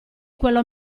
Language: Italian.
quello